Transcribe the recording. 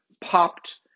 popped